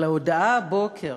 אבל ההודעה הבוקר